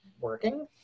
working